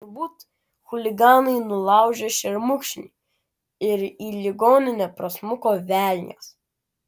turbūt chuliganai nulaužė šermukšnį ir į ligoninę prasmuko velnias